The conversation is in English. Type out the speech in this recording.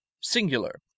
singular